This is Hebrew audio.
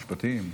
המשפטים.